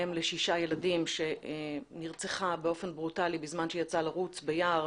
אם לשישה ילדים שנרצחה באופן ברוטאלי בזמן שיצאה לרוץ ביער.